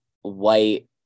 white